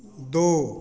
दो